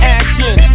action